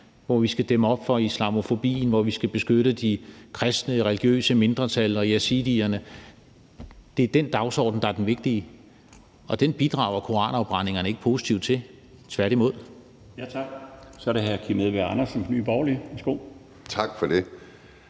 hvor vi skal dæmme op for islamofobien, og hvor vi skal beskytte de kristne, religiøse mindretal og yazidierne. Det er den dagsorden, der er den vigtige, og den bidrager koranafbrændingerne ikke positivt til – tværtimod.